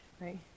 right